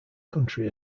country